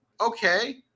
Okay